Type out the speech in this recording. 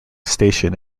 station